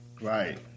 Right